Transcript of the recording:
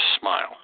smile